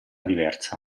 diversa